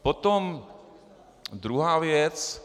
Potom druhá věc.